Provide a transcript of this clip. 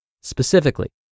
Specifically